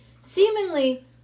Seemingly